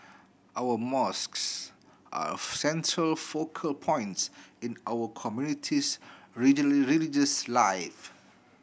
our mosques are a central focal point in our community's religious life